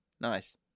nice